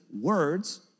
words